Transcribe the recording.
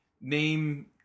name